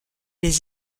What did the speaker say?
les